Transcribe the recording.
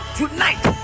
tonight